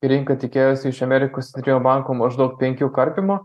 rinka tikėjosi iš amerikos bankų maždaug penkių karpymų